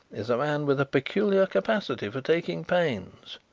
is a man with a peculiar capacity for taking pains.